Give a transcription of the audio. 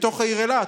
בתוך העיר אילת,